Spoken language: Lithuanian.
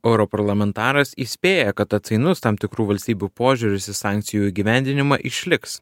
europarlamentaras įspėja kad atsainus tam tikrų valstybių požiūris į sankcijų įgyvendinimą išliks